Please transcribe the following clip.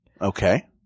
Okay